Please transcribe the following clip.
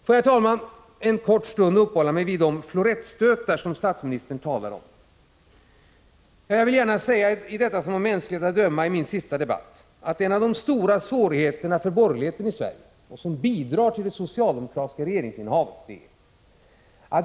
Låt mig, herr talman, en kort stund uppehålla mig vid de florettstötar som statsministern talar om. I denna min mänskligt att döma sista partiledardebatt vill jag gärna säga något om vad som är en av de stora svårigheterna för borgerligheten i Sverige och som bidrar till det socialdemokratiska regeringsinnehavet.